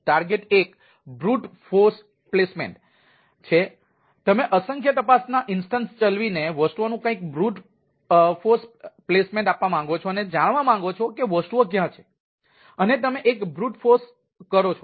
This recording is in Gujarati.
ટાર્ગેટ એક બ્રુટ ફોર્સ પ્લેસમેન્ટ ચલાવીને વસ્તુઓનું કંઈક બ્રુટ ફોર્સ પ્લેસમેન્ટ આપવા માંગો છો અને જાણવા માંગો છો કે વસ્તુઓ ક્યાં છે અને તમે એક બ્રુટ ફોર્સ કરો છો